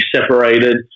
separated